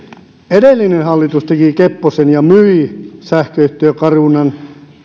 edellinen hallitus tekin kepposen ja myi sähköyhtiö carunan